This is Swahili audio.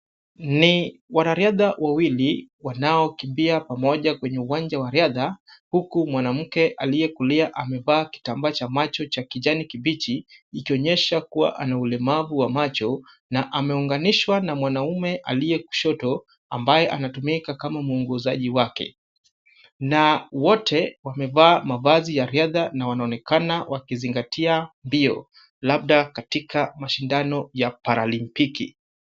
Ni wanariadha wawili wanaokimbia pamoja kwenye uwanja wa riadha huku mwanamke aliye kulia amevaa kitambaa cha macho cha kijani kibichi ikionyesha kuwa ana ulemavu wa macho na ameunganishwa na mwanaume aliye kushoto ambaye anatumika kama mwongozaji wake na wote wamevaa mavazi ya riadha na wanaonekana wakizingatia mbio labda katika mashindano ya paralimpiki.